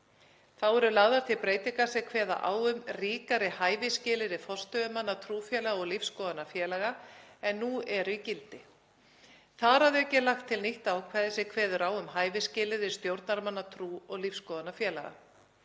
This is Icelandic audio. Þá eru lagðar til breytingar sem kveða á um ríkari hæfisskilyrði forstöðumanna trúfélaga og lífsskoðunarfélaga en nú eru í gildi. Þar að auki er lagt til nýtt ákvæði sem kveður á um hæfisskilyrði stjórnarmanna trú- og lífsskoðunarfélaga.